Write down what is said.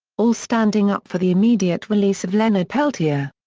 all standing up for the immediate release of leonard peltier.